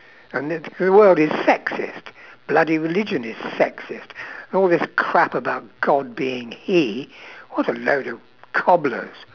and the whole world is sexist bloody religion is sexist all this crap about god being he what a load of cobblers